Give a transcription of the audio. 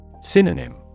Synonym